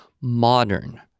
modern